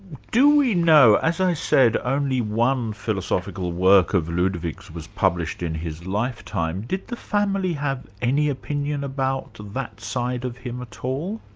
do we know, as i said only one philosophical work of ludwig's was published in his lifetime did the family have any opinion about that side of him at all?